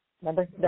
Remember